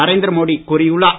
நரேந்திர மோடி கூறியுள்ளார்